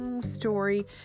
story